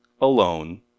alone